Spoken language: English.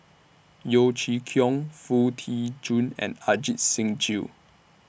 Yeo Chee Kiong Foo Tee Jun and Ajit Singh Gill